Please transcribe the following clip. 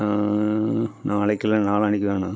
நாளைக்கு இல்லை நாளான்னைக்கு வேணும்